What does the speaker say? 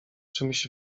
czymś